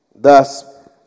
Thus